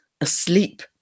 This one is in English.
asleep